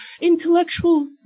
intellectual